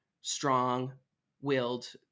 strong-willed